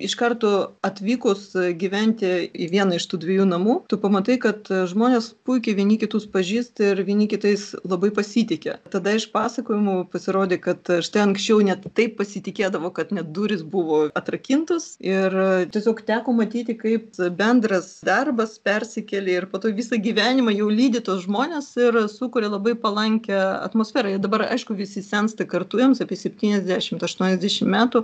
iš karto atvykus gyventi į vieną iš tų dviejų namų tu pamatai kad žmonės puikiai vieni kitus pažįsta ir vieni kitais labai pasitiki tada iš pasakojimų pasirodė kad štai anksčiau net taip pasitikėdavo kad net durys buvo atrakintos ir tiesiog teko matyti kaip bendras darbas persikėlė ir po to visą gyvenimą jau lydi tuos žmones ir sukuria labai palankią atmosferą ir dabar aišku visi sensta kartu jiems apie septyniasdešimt aštuoniasdešimt metų